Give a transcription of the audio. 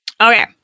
Okay